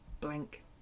blank